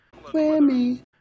whammy